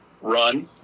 run